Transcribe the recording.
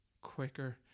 quicker